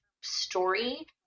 story